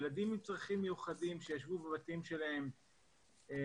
ילדים עם צרכים מיוחדים שישבו בבתים שלהם ולא